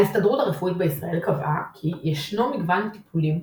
ההסתדרות הרפואית בישראל קבעה כי "ישנו מגוון טיפולים,